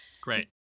Great